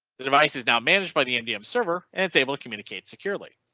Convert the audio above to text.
the device is now managed by the mdm server and it's able to communicate securely.